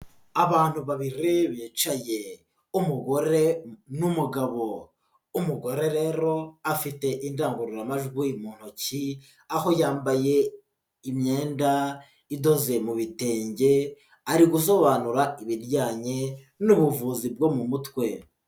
Abantu babiri bicaye umugore n'umugabo, umugore rero afite indangururamajwi mu ntoki aho yambaye imyenda idoze mu bi bitenge ari gusobanura ibijyanye n'ubuvuzi bwo mu mutwe.